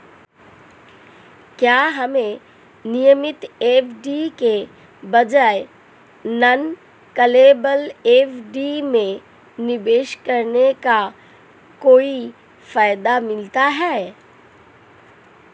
क्या हमें नियमित एफ.डी के बजाय नॉन कॉलेबल एफ.डी में निवेश करने का कोई फायदा मिलता है?